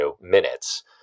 minutes